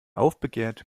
aufbegehrt